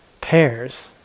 pairs